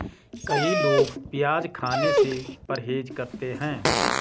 कई लोग प्याज खाने से परहेज करते है